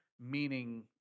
meaning